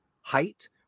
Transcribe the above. height